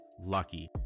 lucky